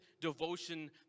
devotion